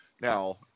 now